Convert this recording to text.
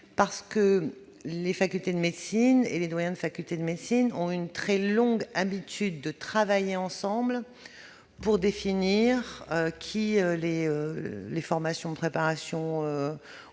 parce que les facultés de médecine et les doyens des facultés de médecine ont une très longue habitude de travailler ensemble pour définir qui les formations de préparation aux